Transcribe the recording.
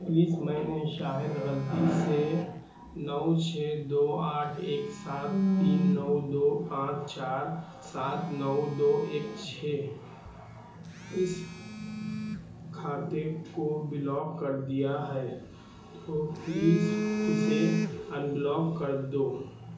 please میں نے شاید غلطی سے نو چھ دو آٹھ ایک سات تین نو دو پانچ چار سات نو دو ایک چھ اس کھاتے کو بلاک کر دیا ہے تو پلیز اسے ان بلاک کر دو